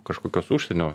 kažkokios užsienio